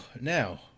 Now